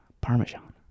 parmesan